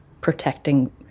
protecting